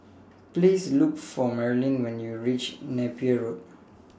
Please Look For Marilyn when YOU REACH Napier Road